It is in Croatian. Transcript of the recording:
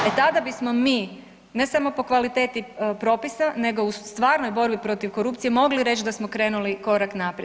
E tada bismo mi ne samo po kvaliteti propisa nego u stvarnoj borbi protiv korupcije mogli reć da smo krenuli korak naprijed.